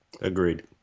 agreed